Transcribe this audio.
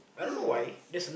um